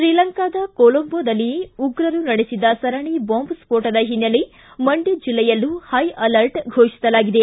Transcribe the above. ಶ್ರೀಲಂಕಾದ ಕೊಲಂಬೋದಲ್ಲಿ ಉಗ್ರರು ನಡೆಸಿದ ಸರಣಿ ಬಾಂಬ್ ಸ್ಟೋಟದ ಹಿನ್ನೆಲೆ ಮಂಡ್ಕ ಜಿಲ್ಲೆಯಲ್ಲೂ ಹೈ ಅಲರ್ಟ್ ಫೋಷಿಸಲಾಗಿದೆ